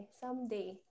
someday